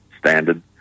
standard